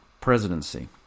presidency